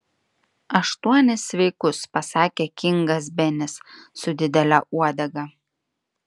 aštuonis sveikus pasakė kingas benis su didele uodega